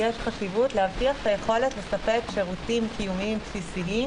יש חשיבות להבטיח את היכולת לספק שירותים קיומיים בסיסיים,